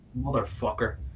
motherfucker